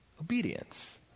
obedience